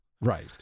Right